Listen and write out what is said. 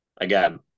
again